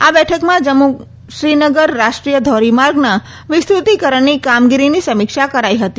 આ બેઠકમાં જમ્મુ શ્રીનગર રાષ્ટ્રીય ધોરીમાર્ગના વિસ્ત્રતિકરણની કામગીરીની સમીક્ષા કરાઈ હતી